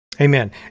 amen